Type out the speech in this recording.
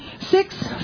six